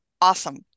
awesome